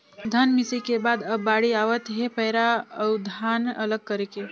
धन मिंसई के बाद अब बाड़ी आवत हे पैरा अउ धान अलग करे के